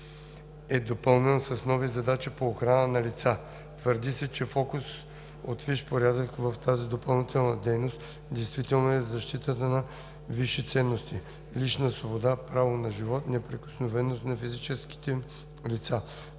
е допълнен с нови задачи по охрана на лица. Твърди, че фокус от висш порядък в тази допълнителна дейност действително е защита на висши ценности – личната свобода, правото на живот, неприкосновеността на физическите лица.